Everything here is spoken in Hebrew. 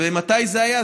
מתי זה היה?